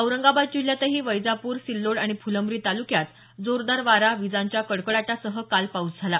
औरंगाबाद जिल्ह्यातही वैजापूर सिल्लोड आणि फुलंब्री तालुक्यात जोरदार वारा विजांच्या कडकडाटासह काल पाऊस झाला